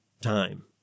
time